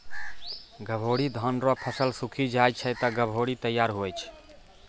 गभोरी धान रो फसल सुक्खी जाय छै ते गभोरी तैयार हुवै छै